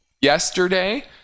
yesterday